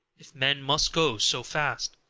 if men must go so fast.